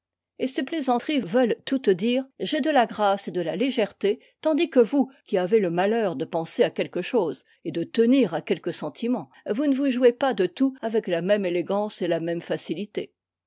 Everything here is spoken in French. et ces plaisanteries veulent toutes dire j'ai de la grâce et de la légèreté tandis que vous qui avez le malheur de penser à quelque chose et de tenir à quelques sentiments vous ne vous jouez pas de tout avec la même élégance et la même facilité